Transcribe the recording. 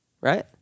Right